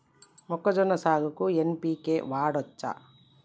మొక్కజొన్న సాగుకు ఎన్.పి.కే వాడచ్చా?